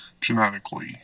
genetically